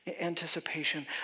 anticipation